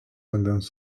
vandens